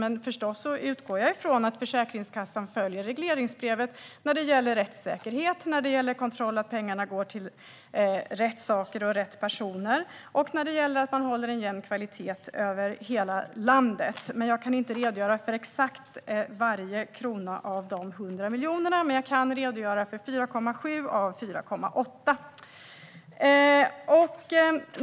Jag utgår förstås från att Försäkringskassan följer regleringsbrevet när det gäller rättssäkerhet och kontroll av att pengarna går till rätt saker och rätt personer och att man håller en jämn kvalitet över hela landet. Jag kan inte redogöra för exakt varje krona av de 100 miljonerna, men jag kan redogöra för 4,7 av 4,8 miljarder.